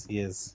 yes